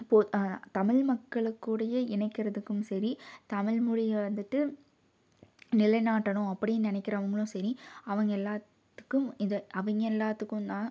இப்போ தமிழ் மக்களுக்கூடையே இணைக்கிறதுக்கும் சரி தமிழ்மொழியை வந்துட்டு நிலைநாட்டனும் அப்படின் நினைக்கிறவுங்களும் சரி அவங்க எல்லோத்துக்கும் இதை அவங்க எல்லோத்துக்கும் தான்